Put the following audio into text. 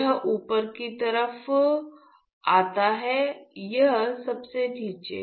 यह ऊपर की तरफ आता है और यह सबसे नीचे